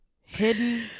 hidden